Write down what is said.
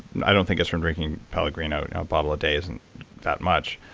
i don't think it's from drinking pellegrino. a bottle a day isn't that much,